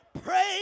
Pray